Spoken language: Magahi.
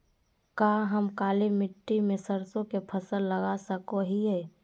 का हम काली मिट्टी में सरसों के फसल लगा सको हीयय?